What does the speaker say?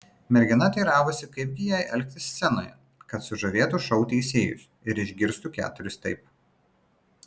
mergina teiravosi kaip gi jai elgtis scenoje kad sužavėtų šou teisėjus ir išgirstų keturis taip